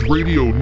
Radio